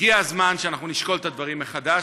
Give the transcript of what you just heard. הגיע הזמן שאנחנו נשקול את הדברים מחדש,